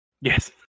Yes